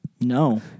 No